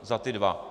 Za ty dva.